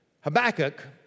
Habakkuk